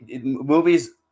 Movies